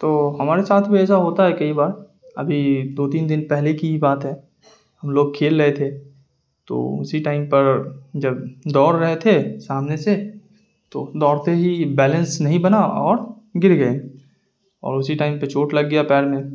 تو ہمارے ساتھ بھی ایسا ہوتا ہے کئی بار ابھی دو تین دن پہلے کی ہی بات ہے ہم لوگ کھیل رہے تھے تو اسی ٹائم پر جب دوڑ رہے تھے سامنے سے تو دوڑتے ہی بیلنس نہیں بنا اور گر گئے اور اسی ٹائم پہ چوٹ لگ گیا پیر میں